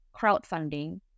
crowdfunding